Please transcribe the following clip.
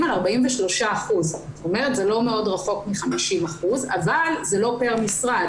על 43%. זאת אומרת זה לא מאוד רחוק מ-50% אבל זה לא פר משרד.